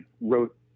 wrote